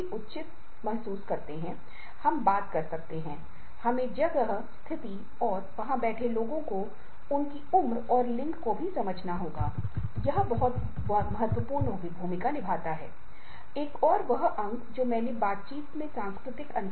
एक अपर्याप्त सेवा है और सुविधाएं उपलब्ध हैं जो जीवन की दैनिक मांगों के साथ समायोजित करने में मदद नहीं करेंगी